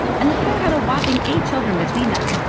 and the pair had a whopping eight children between them!